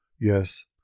Yes